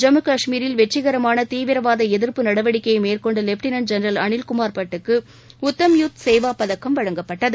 ஜம்மு காஷ்மீரில் வெற்றிகரமான தீவிரவாத எதிர்ப்பு நடவடிக்கையை மேற்கொண்ட லெப்டினன்ட் ஜெனரல் அனில்குமார் பட் க்கு உத்தம் யுத் சேவா பதக்கம் வழங்கப்பட்டது